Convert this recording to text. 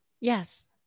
Yes